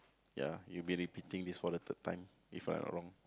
ya you've been repeating this for the third time If I not wrong